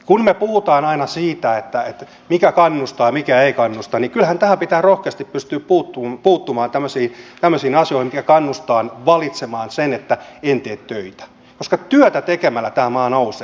kun me puhumme aina siitä että mikä kannustaa ja mikä ei kannusta niin kyllähän pitää rohkeasti pystyä puuttumaan tämmöisiin asioihin jotka kannustavat valitsemaan sen että en tee töitä koska työtä tekemällä tämä maa nousee